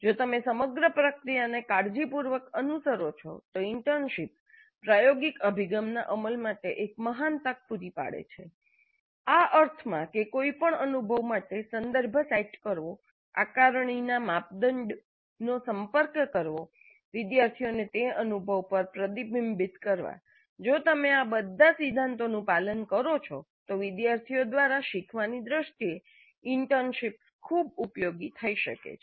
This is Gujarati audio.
જો તમે સમગ્ર પ્રક્રિયાને કાળજીપૂર્વક અનુસરો છો તો ઇન્ટર્નશીપ્સ પ્રાયોગિક અભિગમના અમલ માટે એક મહાન તક પૂરી પાડે છે આ અર્થમાં કે કોઈ પણ અનુભવ માટે સંદર્ભ સેટ કરવો આકારણીના માપદંડનો સંપર્ક કરવો વિદ્યાર્થીઓને તે અનુભવ પર પ્રતિબિંબિત કરવા જો તમે આ બધા સિદ્ધાંતોનું પાલન કરો છો તો વિદ્યાર્થીઓ દ્વારા શીખવાની દ્રષ્ટિએ ઇન્ટર્નશિપ્સ ખૂબ ઉપયોગી થઈ શકે છે